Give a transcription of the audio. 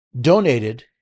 donated